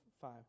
five